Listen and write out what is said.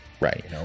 Right